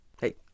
Hey